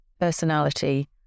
personality